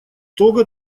того